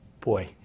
boy